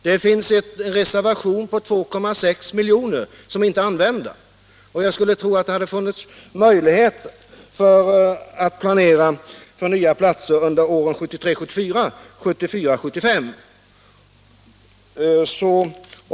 Det finns reservation på 2,6 milj.kr. som inte är använda, och jag skulle tro att det hade funnits möjlighet att planera för nya platser under åren 1973 75.